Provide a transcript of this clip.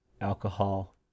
alcohol